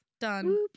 Done